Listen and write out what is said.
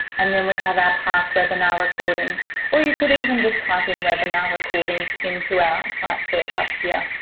and then we have our past webinar recordings or you could even just type in webinar recordings into our site search up here,